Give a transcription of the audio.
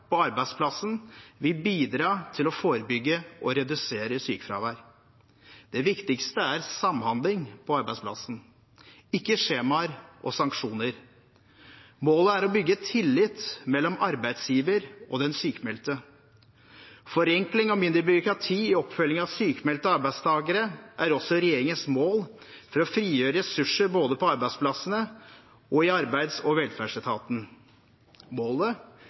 på arbeidsplassen vil bidra til å forebygge og redusere sykefravær. Det viktigste er samhandling på arbeidsplassen, ikke skjemaer og sanksjoner. Målet er å bygge tillit mellom arbeidsgiveren og den sykmeldte. Forenkling og mindre byråkrati i oppfølgingen av sykmeldte arbeidstakere er også regjeringens mål for å frigjøre ressurser både på arbeidsplassene og i Arbeids- og velferdsetaten.